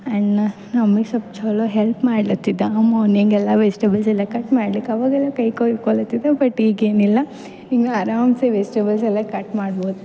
ಆ್ಯಂಡ್ನ ನಮ್ಮಿಗೆ ಸೊಲ್ಪ ಚಲೋ ಹೆಲ್ಪ್ ಮಾಡ್ಲತಿದ್ದ ಅಮ್ಮು ನಿಂಗೆ ಎಲ್ಲ ವೆಜಿಟೇಬಲ್ಸ್ ಎಲ್ಲ ಕಟ್ ಮಾಡ್ಲಿಕ್ಕೆ ಅವಾಗೆಲ್ಲ ಕೈ ಕೊಯ್ಕೊಲತಿದ್ದ ಬಟ್ ಈಗೇನಿಲ್ಲ ಇನ್ನ ಆರಾಮ್ಸೆ ವೆಜಿಟೇಬಲ್ಸ್ ಎಲ್ಲ ಕಟ್ ಮಾಡ್ಬೋದು